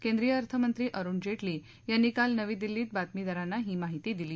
केंद्रिय अर्थ मंत्री अरुण जेटली यांनी काल नवी दिल्ली इथं बातमीदारांना ही माहिती दिली